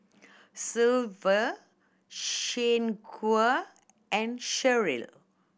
Sylva Shanequa and Sherrill